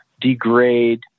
degrade